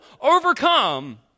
overcome